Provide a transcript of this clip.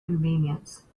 convenience